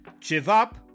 Chivab